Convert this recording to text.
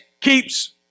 keeps